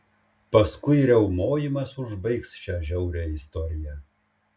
paskui riaumojimas užbaigs šią žiaurią istoriją